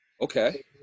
okay